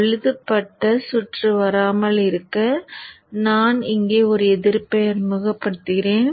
பழுதுபட்ட சுற்று வராமல் இருக்க நான் இங்கே ஒரு எதிர்ப்பை அறிமுகப்படுத்துகிறேன்